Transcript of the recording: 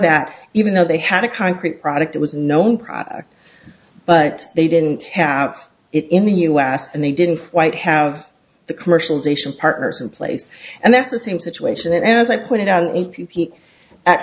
that even though they had a concrete product it was known product but they didn't have it in the us and they didn't quite have the commercialization partners in place and that the same situation as i put it on a